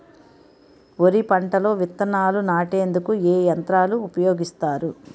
వరి పంటలో విత్తనాలు నాటేందుకు ఏ యంత్రాలు ఉపయోగిస్తారు?